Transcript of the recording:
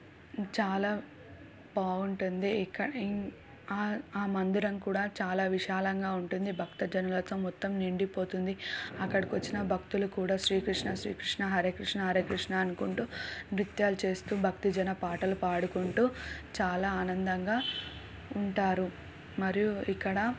చాలా బాగుంటుంది ఆ మందిరం కూడా చాలా విశాలంగా ఉంటుంది భక్తజనులతో మొత్తం నిండిపోతుంది అక్కడికి వచ్చిన భక్తులు కూడా శ్రీకృష్ణ శ్రీకృష్ణ హరే కృష్ణ హరే కృష్ణ అనుకుంటూ నృత్యాలు చేసుకుంటూ భక్తి జన పాటలు పాడుకుంటూ చాలా ఆనందంగా ఉంటారు మరియు ఇక్కడ